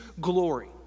glory